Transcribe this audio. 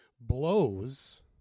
blows